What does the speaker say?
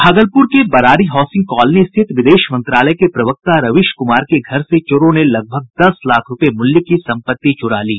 भागलपुर के Barari housing colony स्थित विदेश मंत्रलाय के प्रवक्ता रविश कुमार के घर से चारों ने लगभग दस लाख रूपये मूल्य की सम्पत्ति चुरा ली